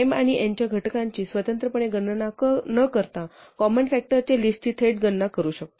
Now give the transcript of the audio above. m आणि n च्या घटकांची स्वतंत्रपणे गणना न करता कॉमन फ़ॅक्टर च्या लिस्टची थेट गणना करू शकतो